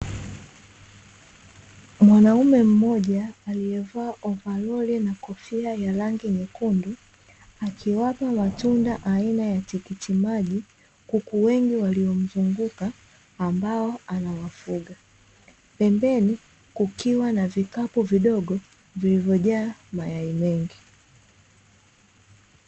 Mwanaume mmoja aliyevaa ovaroli na kofia ya rangi nyekundu akiwapa matunda aina ya tikiti maji kuku wengi waliomzunguka ambao anawafuga. Pembeni kukiwa na vikapu vidogo vilivyojaa mayai mengi.